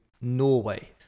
Norway